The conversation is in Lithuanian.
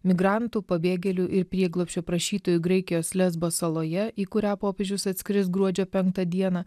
migrantų pabėgėlių ir prieglobsčio prašytojų graikijos lesbo saloje į kurią popiežius atskris gruodžio penktą dieną